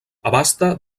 abasta